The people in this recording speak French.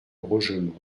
rogemont